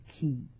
key